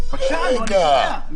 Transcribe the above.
בבקשה, אני רוצה לדעת.